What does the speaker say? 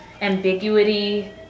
ambiguity